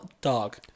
dog